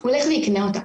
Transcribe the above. הוא ילך ויקנה אותה,